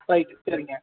right சரிங்யா